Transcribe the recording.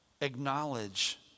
acknowledge